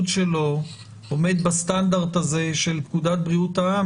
שלו עומד בסטנדרט הזה של פקודת בריאות העם,